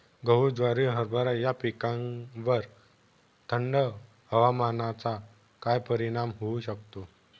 गहू, ज्वारी, हरभरा या पिकांवर थंड हवामानाचा काय परिणाम होऊ शकतो?